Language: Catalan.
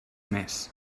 més